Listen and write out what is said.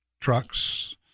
trucks